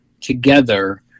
together